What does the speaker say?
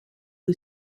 who